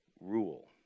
rule